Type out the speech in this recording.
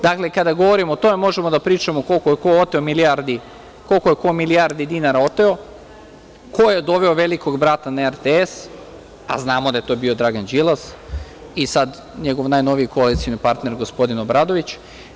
Dakle, kada govorimo o tome, možemo da pričamo koliko je ko milijardi dinara oteo, ko je doveo „Velikog brata“ na RTS, a znamo da je to bio Dragan Đilas, i sad njegov najnoviji koalicioni partner gospodin Obradović.